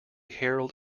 herald